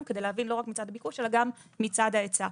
כדי להבין לא רק מצד הביקוש אלא גם מצד ההיצע.